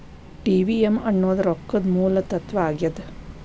TVM ಅನ್ನೋದ್ ರೊಕ್ಕದ ಮೂಲ ತತ್ವ ಆಗ್ಯಾದ